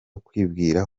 kwibwira